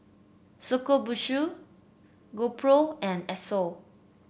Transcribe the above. Shokubutsu GoPro and Esso